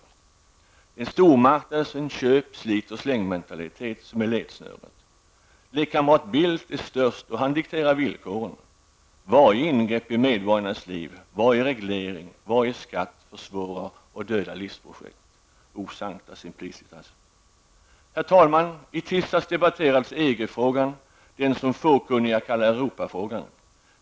Det är stormarknadens köp-, slit och slängmentalitet som är ledsnöret. Lekkamrat Bildt är störst, och han dikterar villkoren: ''Varje ingrepp i medborgarnas liv, varje reglering, varje skatt försvårar och dödar livsprojekt.'' O, sancta simplicitas! Herr talman! I tisdags debatterades EG-frågan, den som fåkunniga kallar Europafrågan.